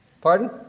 Pardon